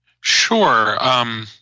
Sure